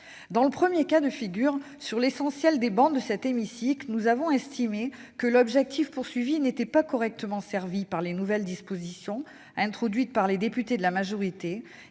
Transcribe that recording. Dans le premier cas de figure, sur la majorité des travées de cet hémicycle, nous avons estimé que l'objectif visé n'était pas correctement ciblé par les nouvelles dispositions introduites par les députés de la majorité